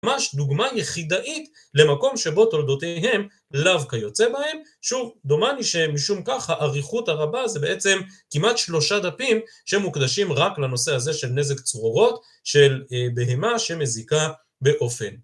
ממש דוגמה יחידאית למקום שבו תולדותיהם לאו כיוצא בהם. שוב, דומני שמשום כך האריכות הרבה זה בעצם כמעט שלושה דפים שמוקדשים רק לנושא הזה של נזק צרורות, של בהמה שמזיקה באופן.